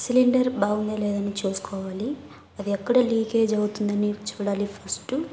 cylinder బాగుందా లేదని చూసుకోవాలి అది ఎక్కడో లీకేజ్ అవుతుందని చూడాలి ఫస్టు